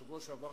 בשבוע שעבר,